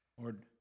Lord